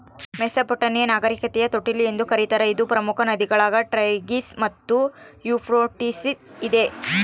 Mesopotamia ನಾಗರಿಕತೆಯ ತೊಟ್ಟಿಲು ಎಂದು ಕರೀತಾರ ಇದು ಪ್ರಮುಖ ನದಿಗಳಾದ ಟೈಗ್ರಿಸ್ ಮತ್ತು ಯೂಫ್ರಟಿಸ್ ಇದೆ